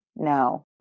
No